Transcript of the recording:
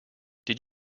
did